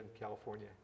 California